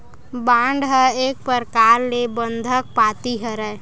bond ह एक परकार ले बंधक पाती हरय